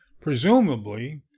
Presumably